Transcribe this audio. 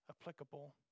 applicable